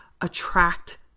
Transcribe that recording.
attract